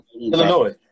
Illinois